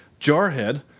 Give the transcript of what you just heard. Jarhead